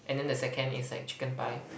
and then the second is like chicken pie